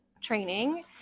training